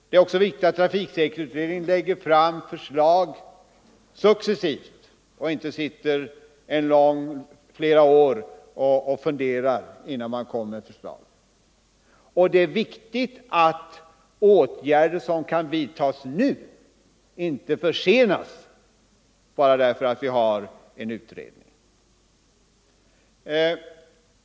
Det är också viktigt att trafiksäkerhetsutredningen lägger fram förslag successivt och inte sitter flera år och funderar innan man kommer med förslag. Det är viktigt att åtgärder som kan vidtas nu inte försenas bara därför att vi har en utredning.